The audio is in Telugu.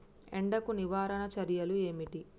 ఎండకు నివారణ చర్యలు ఏమిటి?